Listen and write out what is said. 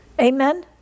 Amen